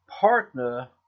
partner